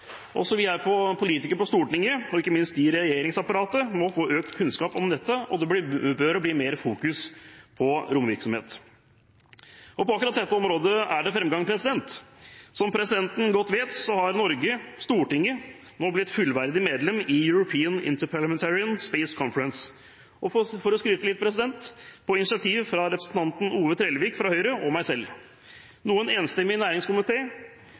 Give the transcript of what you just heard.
Også vi politikere på Stortinget, og ikke minst dem i regjeringsapparatet, må få økt kunnskap om dette, og det bør bli mer fokus på romvirksomhet. På akkurat dette området er det framgang. Som presidenten godt vet, har Norge, Stortinget, nå blitt fullverdig medlem i European Interparliamentary Space Conference, og – for å skryte litt – det er på initiativ fra representanten Ove Bernt Trellevik fra Høyre og meg selv. En enstemmig